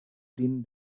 din